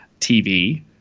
TV